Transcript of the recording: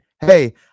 hey